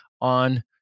on